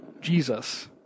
Jesus